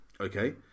Okay